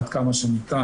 עד כמה שניתן.